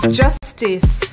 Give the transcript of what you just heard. justice